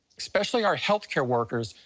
especially our health-care workers,